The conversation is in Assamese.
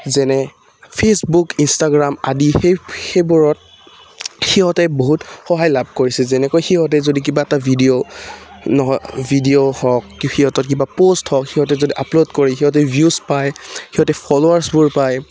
যেনে ফে'চবুক ইনষ্টাগ্ৰাম আদি সেই সেইবোৰত সিহঁতে বহুত সহায় লাভ কৰিছে যেনেকৈ সিহঁতে যদি কিবা এটা ভিডিঅ' নহয় ভিডিঅ' হওক সিহঁতৰ কিবা প'ষ্ট হওক সিহঁতে যদি আপলোড কৰি সিহঁতে ভিউজ পায় সিহঁতে ফলৱাৰছবোৰ পায়